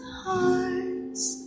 hearts